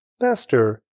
Master